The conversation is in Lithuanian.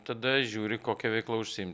tada žiūri kokia veikla užsiim